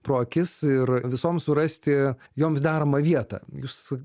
pro akis ir visoms surasti joms deramą vietą jūs